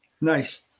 Nice